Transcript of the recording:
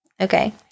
Okay